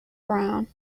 brown